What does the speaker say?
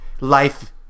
Life